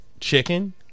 chicken